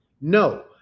No